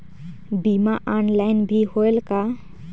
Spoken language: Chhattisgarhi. बीमा ऑनलाइन भी होयल का?